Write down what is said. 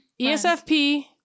ESFP